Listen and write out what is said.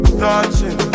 touching